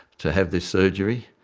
to have this surgery,